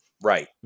Right